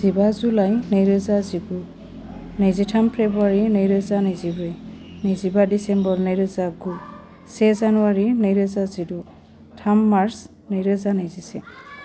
जिबा जुलाइ नैरोजा जिगु नैजिथाम फेब्रुवारी नैरोजा नैजिब्रै नैजिबा डिसिम्बर नैरोजा गु से जानुवारी नैरोजा जिद' थाम मार्च नैरोजा नैजिसे